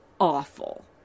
awful